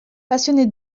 passionné